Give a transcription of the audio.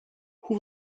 who